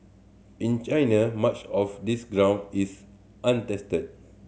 in China much of this ground is untested